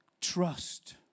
trust